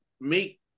make